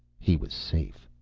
he was safe.